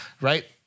right